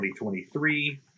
2023